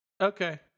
Okay